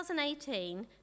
2018